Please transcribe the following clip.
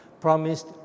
promised